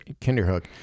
Kinderhook